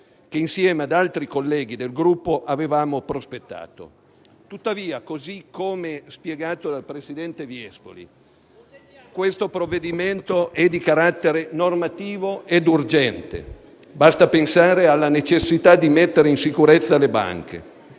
che insieme ad altri colleghi del Gruppo avevamo prospettato. Tuttavia, così come spiegato dal presidente Viespoli, questo provvedimento normativo è di carattere urgente: basti pensare alla necessità di mettere in sicurezza le banche.